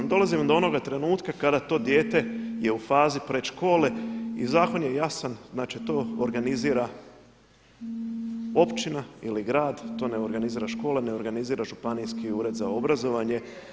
Dolazimo do onoga trenutka kada to dijete je u vezi predškole i zakon je jasan, znači to organizira općina ili grad, to ne organizira škola, ne organizira županijski ured za obrazovanje.